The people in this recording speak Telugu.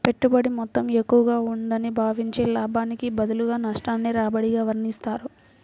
పెట్టుబడి మొత్తం ఎక్కువగా ఉందని భావించి, లాభానికి బదులు నష్టాన్ని రాబడిగా వర్ణిస్తారు